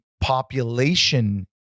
population